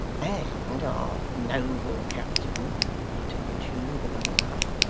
and our noble captain continued hugh with another laugh,